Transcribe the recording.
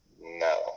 No